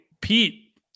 Pete